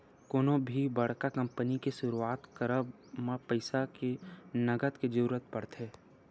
कोनो भी बड़का कंपनी के सुरुवात करब म पइसा के नँगत के जरुरत पड़थे